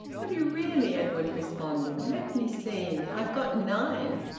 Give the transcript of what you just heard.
have you really? edwin responded. let me see i've got nine.